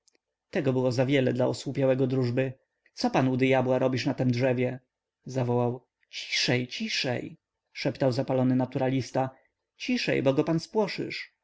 tego było zawiele dla osłupiałego drużby co pan u dyabła robisz na tem drzewie zawołał ciszej ciszej szeptał zapalony naturalista ciszej bo go pan spłoszysz